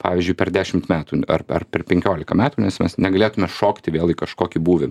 pavyzdžiui per dešimt metų ar ar per penkiolika metų nes mes negalėtume šokt vėl į kažkokį būvį